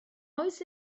oes